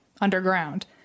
underground